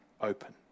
open